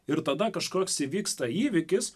ir tada kažkoks įvyksta įvykis